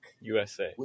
USA